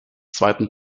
zweiten